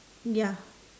ya